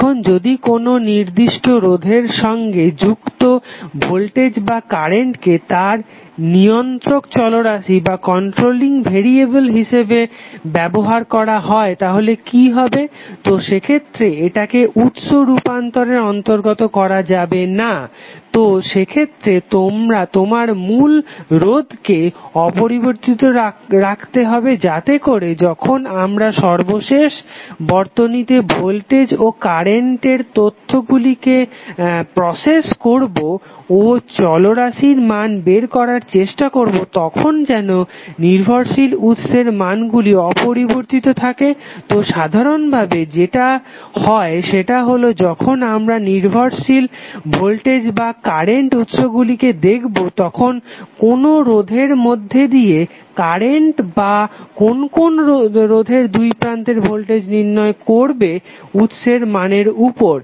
এখন যদি কোনো নির্দিষ্ট রোধের সঙ্গে যুক্ত ভোল্টেজ বা কারেন্টকে তার নিয়ন্ত্রক চলরাশি হিসাবে ব্যবহার করা হয় তাহলে কি হবে তো সেক্ষেত্রে এটাকে উৎস রুপান্তরের অন্তর্গত করা যাবে না তো সেক্ষেত্রে তোমার মূল রোধকে অপরিবর্তিত রাখতে হবে যাতে করে যখন আমরা সর্বশেষ বর্তনীতে ভোল্টেজ ও কারেন্ট তথ্যগুলিকে প্রসেস করবো ও চলরাশির মান বের করার চেষ্টা করবো তখন যেন নির্ভরশীল উৎসের মানগুলি অপরিবর্তিত থাকে তো সাধারণভাবে যেটা হয় সেটা হলো যখন আমরা নির্ভরশীল ভোল্টেজ বা কারেন্ট উৎসগুলিকে দেখবো তখন কোনো রোধের মধ্যে দিয়ে কারেন্ট বা কোনো কোনো রোধের দুইপ্রান্তে ভোল্টেজ নির্ভর করবে উৎসের মানের উপর